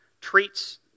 treats